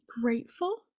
grateful